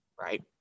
Right